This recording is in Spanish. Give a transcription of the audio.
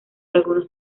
algunos